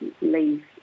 leave